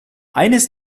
eines